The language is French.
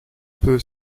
peu